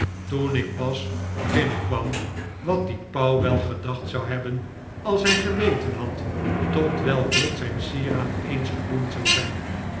toen ik pas binnenkwam wat die pauw wel gedacht zou hebben als hij geweten had tot welk lot zijn sieraad eens gedoemd zou zijn